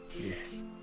Yes